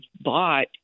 bought